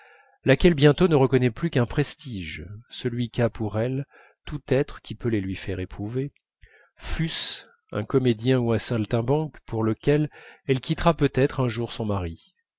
laquelle bientôt ne reconnaît plus qu'un prestige celui qu'a pour elle tout être qui peut les lui faire éprouver fût-ce un comédien ou un saltimbanque pour lequel elle quittera peut-être un jour son mari